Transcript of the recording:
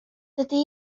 dydy